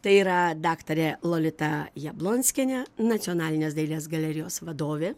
tai yra daktarė lolita jablonskienė nacionalinės dailės galerijos vadovė